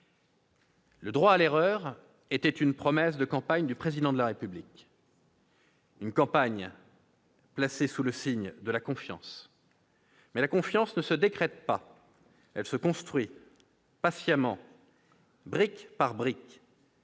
Le droit à l'erreur était une promesse de campagne du Président de la République, une campagne placée sous le signe de la confiance ; mais la confiance ne se décrète pas, elle se construit patiemment, brique par brique,